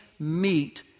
Meet